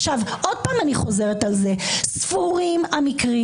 עוד פעם אני חוזרת על זה: ספורים המקרים